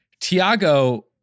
Tiago